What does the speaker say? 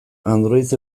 android